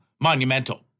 monumental